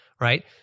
right